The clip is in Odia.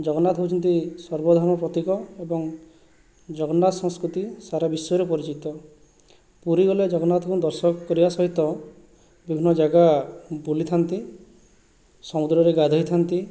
ଜଗନ୍ନାଥ ହେଉଛନ୍ତି ସର୍ବଧାମ ପ୍ରତୀକ ଏବଂ ଜଗନ୍ନାଥ ସଂସ୍କୃତି ସାରା ବିଶ୍ଵରେ ପରିଚିତ ପୁରୀ ଗଲେ ଜଗନ୍ନାଥଙ୍କୁ ଦର୍ଶନ କରିବା ସହିତ ବିଭିନ୍ନ ଜାଗା ବୁଲିଥାନ୍ତି ସମୁଦ୍ରରେ ଗାଧୋଇଥାନ୍ତି